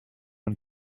and